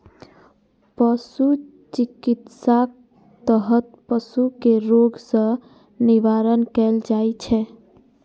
पशु चिकित्साक तहत पशु कें रोग सं निवारण कैल जाइ छै